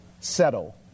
Settle